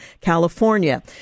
California